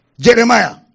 Jeremiah